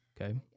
Okay